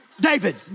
David